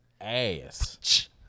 ass